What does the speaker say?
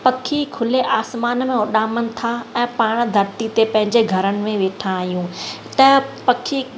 पखी खुले आसमान में उॾामनि था ऐं पाण धरती ते पंहिंजनि घरनि में वेठा आहियूं त पखी